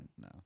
no